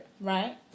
Right